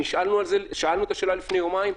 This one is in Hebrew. שאלנו את השאלה לפני יומיים,